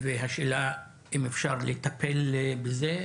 והשאלה אם אפשר לטפל בזה,